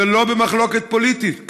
זה לא במחלוקת פוליטית,